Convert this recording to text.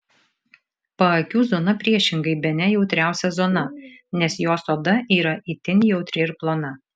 paakių zona priešingai bene jautriausia zona nes jos oda yra itin jautri ir plona